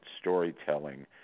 storytelling